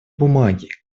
бумаги